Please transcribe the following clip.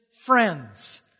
friends